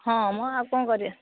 ହଁ ମ ଆଉ କ'ଣ କରିବା